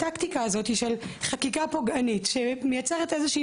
הטקטיקה הזאת של חקיקה פוגענית שמייצרת איזושהי